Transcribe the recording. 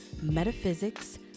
metaphysics